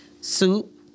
soup